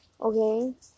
okay